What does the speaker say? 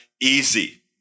easy